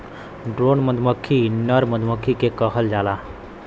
drone मधुमक्खी नर मधुमक्खी के कहल जाला